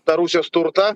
tą rusijos turtą